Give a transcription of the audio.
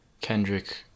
Kendrick